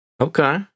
Okay